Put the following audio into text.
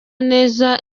neza